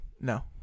No